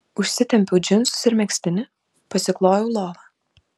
užsitempiau džinsus ir megztinį pasiklojau lovą